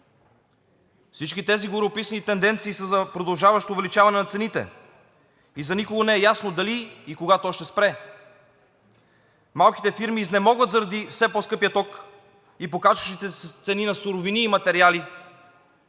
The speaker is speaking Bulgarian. Всички тези гореописани тенденции са за продължаващо увеличаване на цените. И за никого не е ясно дали и кога то ще спре. Малките фирми изнемогват заради все по-скъпия ток и покачващите се цени на суровини и материали,